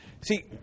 See